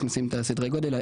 רק לשים את סדרי הגודל,